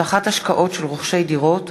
(הבטחת השקעות של רוכשי דירות)